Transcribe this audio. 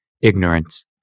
ignorance